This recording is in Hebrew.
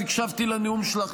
הקשבתי לנאום שלך,